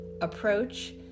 Approach